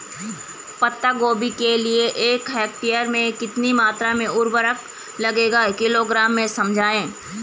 पत्ता गोभी के लिए एक हेक्टेयर में कितनी मात्रा में उर्वरक लगेगा किलोग्राम में समझाइए?